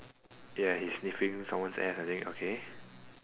ya he's sniffing someone's ass I think okay